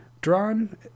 drawn